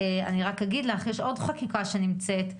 יש עוד חקיקה שנמצאת.